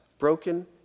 Broken